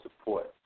support